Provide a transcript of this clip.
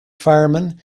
firemen